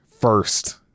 first